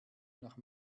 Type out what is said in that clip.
nach